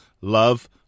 Love